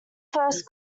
first